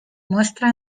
demuestra